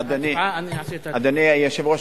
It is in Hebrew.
אדוני היושב-ראש,